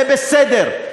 זה בסדר,